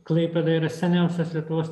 klaipėda yra seniausias lietuvos